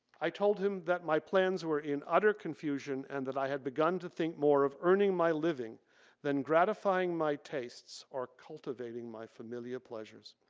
i told him that my plans were in utter confusion and that i had begun to think more of earning my living than gratifying my tastes or cultivating my familial pleasures.